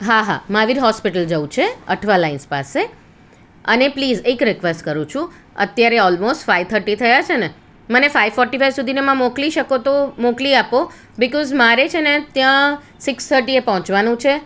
હા હા મહાવીર હોસ્પિટલ જવું છે અઠવા લાઇન્સ પાસે અને પ્લીસ એક રિક્વેસ્ટ કરું છું અત્યારે ઓલમોસ્ટ ફાઇવ થર્ટી થયા છે ને મને ફાઇવ ફોટી ફાઇવ સુધીમાં મોકલી શકો તો મોકલી આપો બીકોઝ મારે છે ને ત્યાં સિક્સ થર્ટી એ પહોંચવાનું છે